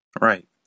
Right